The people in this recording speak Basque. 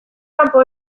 kanpo